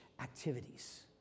activities